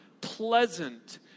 pleasant